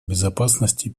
безопасности